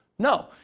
No